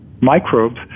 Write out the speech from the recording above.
microbes